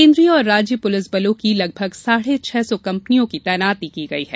केन्द्रीय और राज्य पुलिस बलों की लगभग साढ़े छह सौ कम्पनियों की तैनाती की गई है